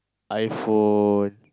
iPhone